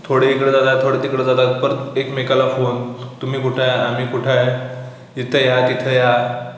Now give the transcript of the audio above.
थोडे इकडं जाता थोडे तिकडं जातात परत एकमेकाला फोन तुम्ही कुठं आहे आम्ही कुठं आहे इथं या तिथं या